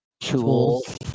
tools